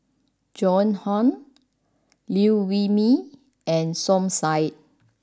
Joan Hon Liew Wee Mee and Som Said